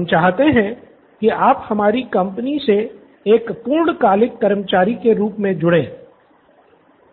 हम चाहते हैं कि आप हमारी कंपनी से एक पूर्णकालिक कर्मचारी के रूप मे जुड़े